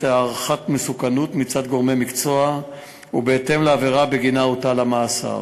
הערכת מסוכנות מצד גורמי מקצוע בהתאם לעבירה שבגינה הוטל המאסר.